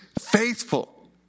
faithful